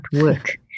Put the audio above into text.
work